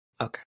Okay